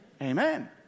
Amen